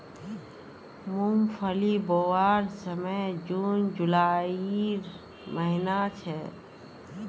मूंगफली बोवार समय जून जुलाईर महिना छे